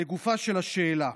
לגופה של השאלה,